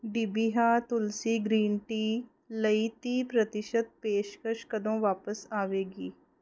ਡਿਬਿਹਾ Tulsi green tea ਲਈ ਤੀਹ ਪ੍ਰਤੀਸ਼ਤ ਪੇਸ਼ਕਸ਼ ਕਦੋਂ ਵਾਪਸ ਆਵੇਗੀ